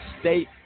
state